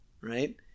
right